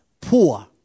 poor